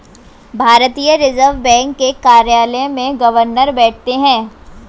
भारतीय reserve bank के कार्यालय में गवर्नर बैठते हैं